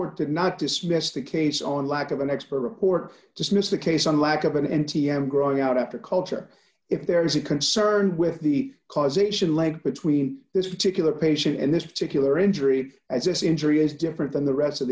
dismiss the case on lack of an expert report dismiss the case on lack of an n t m growing out after culture if there is a concern with the causation link between this particular patient and this particular injury as this injury is different than the rest of